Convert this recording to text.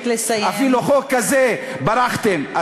אפילו מחוק כזה ברחתם.